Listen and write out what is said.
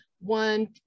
one